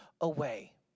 away